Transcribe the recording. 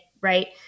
right